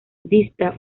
dista